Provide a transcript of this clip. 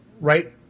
right